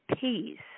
peace